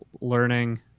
learning